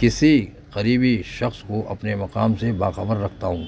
کسی قریبی شخص کو اپنے مقام سے باخبر رکھتا ہوں